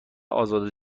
ازاده